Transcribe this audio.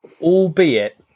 albeit